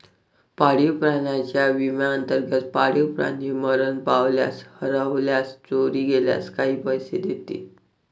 पाळीव प्राण्यांच्या विम्याअंतर्गत, पाळीव प्राणी मरण पावल्यास, हरवल्यास, चोरी गेल्यास काही पैसे देतील